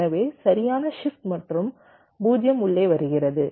எனவே சரியான ஷிப்ட் மற்றும் 0 உள்ளே வருகிறது